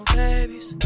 babies